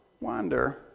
wander